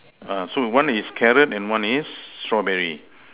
ah so one is carrot and one is strawberry